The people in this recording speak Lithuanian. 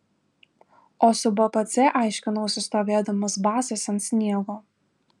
o su bpc aiškinausi stovėdamas basas ant sniego